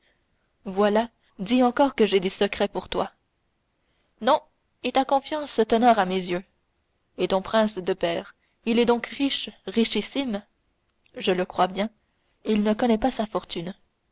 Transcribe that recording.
voilà dis encore que j'ai des secrets pour toi non et ta confiance t'honore à mes yeux et ton prince de père il est donc riche richissime je crois bien il ne connaît pas sa fortune